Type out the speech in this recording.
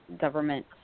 Government